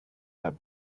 round